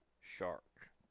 Shark